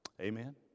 Amen